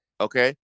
Okay